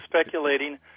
speculating